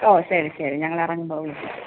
ഓ ശരി ശരി ഞങ്ങളിറങ്ങുമ്പോൾ വിളിക്കാം